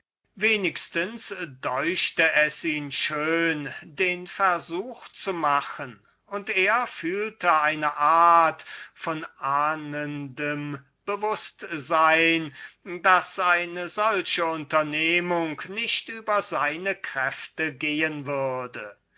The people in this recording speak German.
wenigstens deuchte es ihn schön den versuch zu machen und er fühlte eine art von ahnendem bewußtsein daß eine solche unternehmung nicht über seine kräfte gehen würde